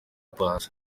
paccy